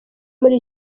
muri